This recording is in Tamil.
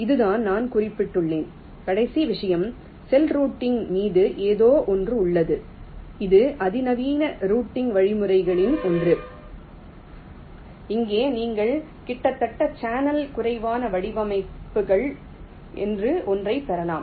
இதைத்தான் நான் குறிப்பிட்டுள்ளேன் கடைசி விஷயம் செல் ரூட்டிங் மீது ஏதோ ஒன்று உள்ளது இது அதிநவீன ரூட்டிங் வழிமுறைகளில் ஒன்று இங்கே நீங்கள் கிட்டத்தட்ட சேனல் குறைவான வடிவமைப்புகள் என்று ஒன்றைப் பெறலாம்